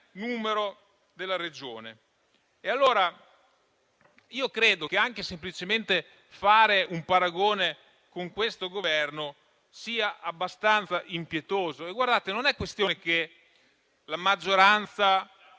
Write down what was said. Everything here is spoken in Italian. Credo che anche semplicemente fare un paragone con questo Governo sia abbastanza impietoso. Non è questione che la maggioranza